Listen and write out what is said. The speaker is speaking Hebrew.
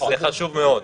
זה חשוב מאוד.